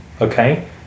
okay